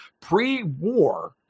Pre-war